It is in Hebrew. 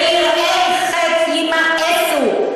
ויראי חטא ימאסו,